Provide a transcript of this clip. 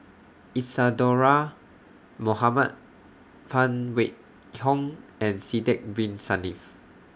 Isadhora Mohamed Phan Wait Hong and Sidek Bin Saniff